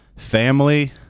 Family